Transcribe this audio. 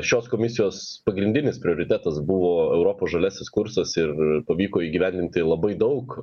šios komisijos pagrindinis prioritetas buvo europos žaliasis kursas ir pavyko įgyvendinti labai daug